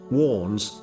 warns